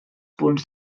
punts